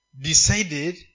decided